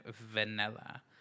vanilla